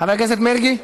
חבר הכנסת מרגי,